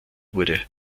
wurde